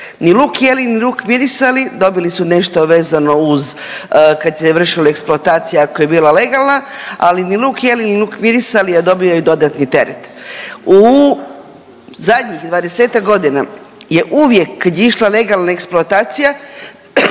Ni luk jeli, ni luk mirisali dobili su nešto vezano uz kad se vršila eksploatacija ako je bila legalna, ali ni luk jeli, ni luk mirisali, a dobio je dodatni teret. U zadnjih 20-ak godina je uvijek kad je išla legalna eksploatacija